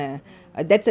ya